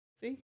See